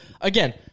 again